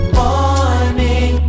morning